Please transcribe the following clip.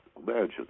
Imagine